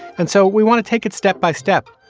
and so we want to take it step by step.